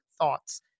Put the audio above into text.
thoughts